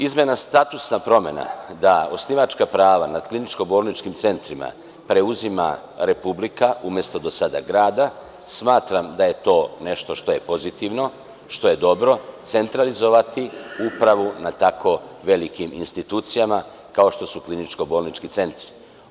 Izmena statusa promena, da osnivačka prava nad kliničko bolničkim centrima preuzima Republika, umesto do sada grada, smatram da je to nešto što je pozitivno, što je dobro, centralizovati upravu na tako velikim institucijama kao što su kliničko-bolnički centri.